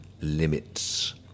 Limits